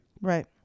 Right